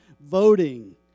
voting